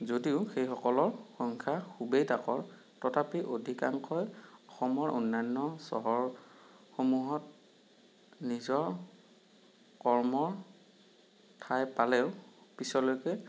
যদিও সেইসকলৰ সংখ্যা খুবেই তাকৰ তথাপি অধিকাংশই অসমৰ অন্যান্য চহৰসমূহত নিজৰ কৰ্ম ঠাই পালেও পিছলৈকে